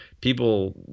people